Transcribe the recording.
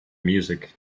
music